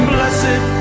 Blessed